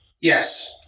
Yes